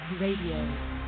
Radio